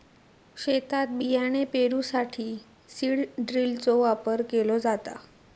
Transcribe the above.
शेतात बियाणे पेरूसाठी सीड ड्रिलचो वापर केलो जाता